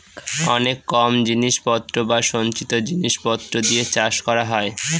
অনেক কম জিনিস পত্র বা সঞ্চিত জিনিস পত্র দিয়ে চাষ করা হয়